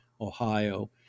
Ohio